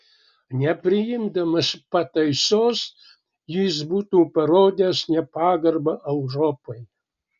nepriimdamas pataisos jis būtų parodęs nepagarbą europai